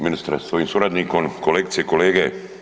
Ministre sa svojim suradnikom, kolegice i kolege.